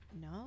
no